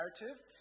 narrative